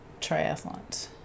triathlons